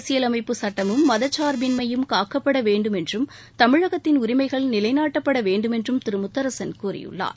அரசியலமைப்பு சட்டமும் மதசார்பின்மையும் காக்கப்பட வேண்டும் என்றும் தமிழகத்தின் உரிமைகள் நிலைநாட்டப்பட வேண்டும் என்றும் திரு முத்தரசன் கூறியுள்ளார்